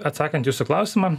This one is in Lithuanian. atsakant į jūsų klausimą